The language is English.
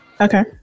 Okay